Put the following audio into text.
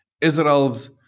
Israel's